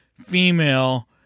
female